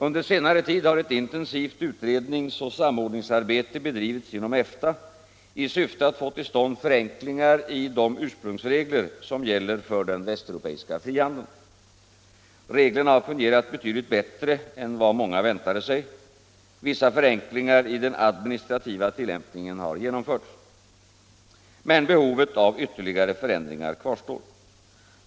Under senare tid har ett intensivt utredningsoch samordningsarbete bedrivits inom EFTA i syfte att få till stånd förenklingar i de ursprungsregler som gäller för den västeuropeiska frihandeln. Reglerna har fungerat betydligt bättre än vad många väntade sig. Vissa förenklingar i den administrativa tillämpningen har genomförts. Men behovet av ytterligare förändringar kvarstår.